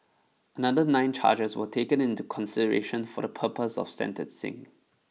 another nine charges were taken into consideration for the purpose of sentencing